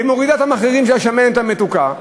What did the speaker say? והיא מורידה את המחירים של השמנת המתוקה,